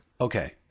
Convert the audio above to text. Okay